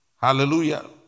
Hallelujah